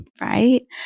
right